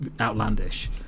outlandish